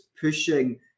pushing